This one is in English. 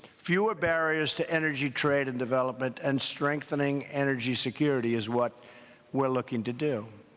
fewer barriers to energy trade and development, and strengthening energy security is what we're looking to do.